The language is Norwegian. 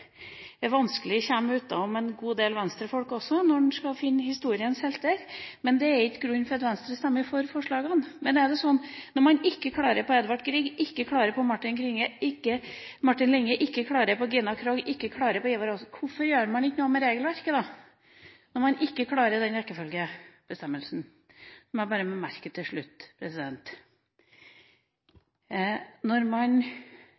vanskelig kommer utenom en god del Venstre-folk, men dét er ikke grunnen til at Venstre stemmer for forslagene. Men når man ikke klarer på Edvard Grieg, ikke klarer på Martin Linge, ikke klarer på Gina Krog, ikke klarer på Ivar Aasen – når man ikke klarer den rekkefølgebestemmelsen, hvorfor gjør man ikke da noe med regelverket? Så må jeg bare bemerke til slutt: Når man